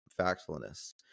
Factfulness